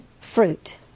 fruit